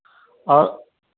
और